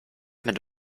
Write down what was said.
mit